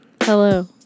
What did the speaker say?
Hello